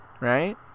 Right